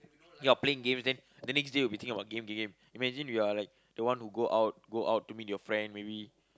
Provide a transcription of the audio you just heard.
you're playing games then then next day you will be thinking about game game game imagine you are like go out go out to meet your friend maybe